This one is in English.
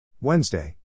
Wednesday